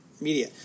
media